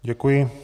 Děkuji.